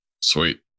Sweet